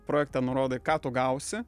projekte nurodai ką tu gausi